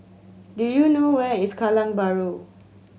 do you know where is Kallang Bahru